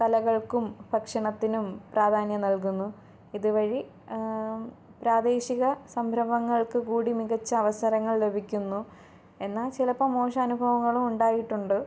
കലകൾക്കും ഭക്ഷണത്തിനും പ്രാധാന്യം നൽകുന്നു ഇതുവഴി പ്രാദേശിക സംരംഭങ്ങൾക്ക് കൂടി മികച്ച അവസരങ്ങൾ ലഭിക്കുന്നു എന്നാല് ചിലപ്പോള് മോശം അനുഭവങ്ങളും ഉണ്ടായിട്ടുണ്ട്